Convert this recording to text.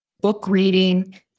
book-reading